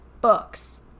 books